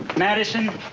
madison.